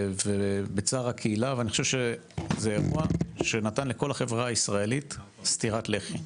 ובצער הקהילה ואני חושב שזה אירוע שנתן לכל החברה הישראלית סטירת לחי.